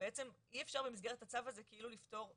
בעצם אי אפשר במסגרת הצו הזה כאילו לפתור לגמרי.